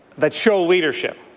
that show leadership?